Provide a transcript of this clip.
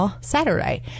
Saturday